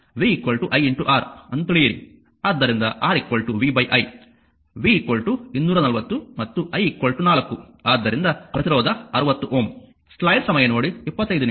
ಆದ್ದರಿಂದ R vi v 240 ಮತ್ತು i 4 ಆದ್ದರಿಂದ ಪ್ರತಿರೋಧ 60 Ω